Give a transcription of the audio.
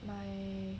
my